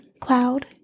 cloud